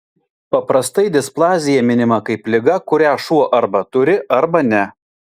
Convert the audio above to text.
paprastai displazija minima kaip liga kurią šuo arba turi arba ne